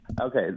Okay